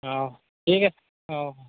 অঁ ঠিক আছে অঁ